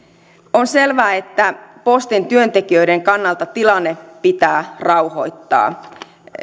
on selvää että postin työntekijöiden kannalta tilanne pitää rauhoittaa